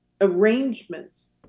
arrangements